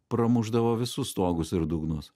pramušdavo visus stogus ir dugnus